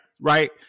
right